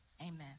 Amen